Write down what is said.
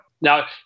Now